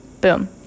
Boom